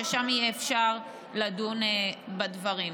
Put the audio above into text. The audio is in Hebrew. ששם יהיה אפשר לדון בדברים.